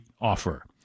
offer